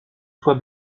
soit